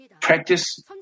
practice